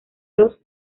los